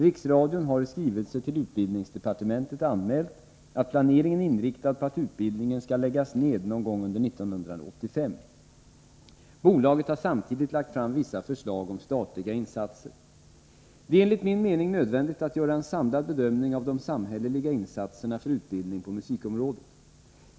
Riksradion har i skrivelse till utbildningsdepartementet anmält att planeringen är inriktad på att utbildningen skall läggas ned någon gång under år 1985. Bolaget har samtidigt lagt fram vissa förslag om statliga insatser. Det är enligt min mening nödvändigt att göra en samlad bedömning av de samhälleliga insatserna för utbildning på musikområdet.